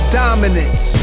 dominance